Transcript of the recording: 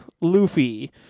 Luffy